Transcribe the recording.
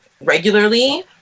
regularly